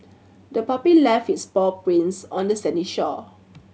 the puppy left its paw prints on the sandy shore